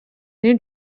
new